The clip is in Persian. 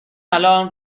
الان